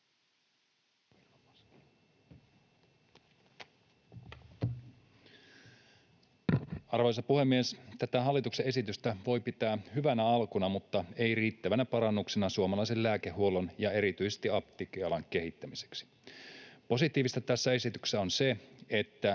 Arvoisa puhemies! Tätä hallituksen esitystä voi pitää hyvänä alkuna mutta ei riittävänä parannuksena suomalaisen lääkehuollon ja erityisesti apteekkialan kehittämiseksi. Positiivista tässä esityksessä on se, että